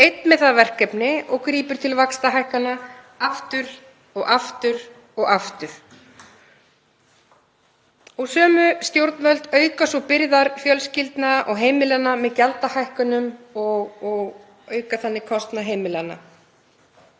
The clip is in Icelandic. einn með það að verkefni og grípur til vaxtahækkana aftur og aftur. Sömu stjórnvöld auka svo byrðar fjölskyldna og heimila með gjaldahækkunum og auka þannig kostnað heimilanna.